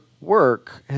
work